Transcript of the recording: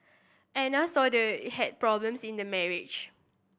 Anna saw they had problems in the marriage